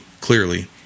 clearly